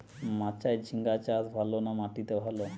মাচায় ঝিঙ্গা চাষ ভালো না মাটিতে ভালো?